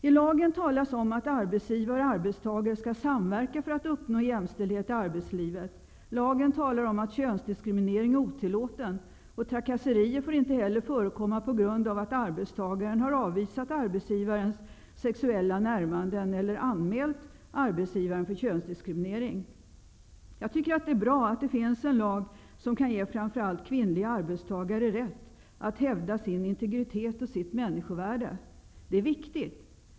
I lagen talas det om att arbetsgivare och arbetstagare skall samverka för att uppnå jämställdhet i arbetslivet. Lagen talar om att könsdiskriminering är otillåten. Trakasserier på grund av att arbetstagaren har avvisat arbetsgivarens sexuella närmanden eller anmält arbetsgivaren för könsdiskriminering får inte heller förekomma. Jag tycker att det är bra att det finns en lag som kan ge framför allt kvinnliga arbetstagare rätt att hävda sin integritet och sitt människovärde. Det är viktigt.